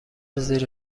زیر